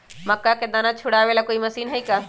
मक्का के दाना छुराबे ला कोई मशीन हई का?